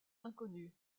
inconnue